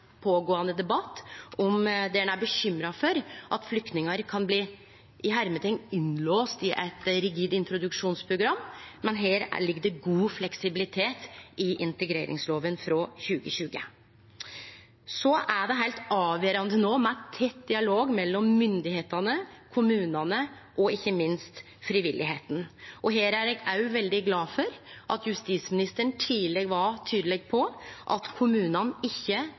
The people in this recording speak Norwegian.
pågåande debatt der ein er bekymra for at flyktningar kan bli «innelåste» i eit rigid introduksjonsprogram, men her ligg det god fleksibilitet i integreringslova frå 2020. Det er heilt avgjerande no med tett dialog mellom myndigheitene, kommunane og ikkje minst frivilligheita. Her er eg òg veldig glad for at justisministeren tidleg var tydeleg på at kommunane ikkje